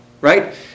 Right